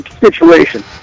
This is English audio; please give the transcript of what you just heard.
situation